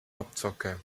abzocke